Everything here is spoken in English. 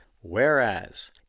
whereas